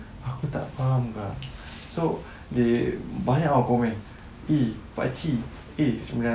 why they use this architect palm so they bind or gourmet he buy this